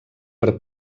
per